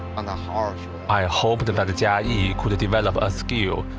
and ah i hope that but jiayi ah yeah could develop a skill,